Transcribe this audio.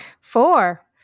Four